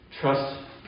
trust